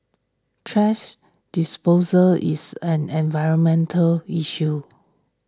thrash disposal is an environmental issue